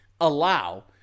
allow